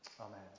Amen